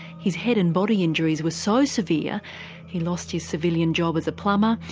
his head and body injuries were so severe he lost his civilian job as a plumber,